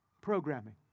programming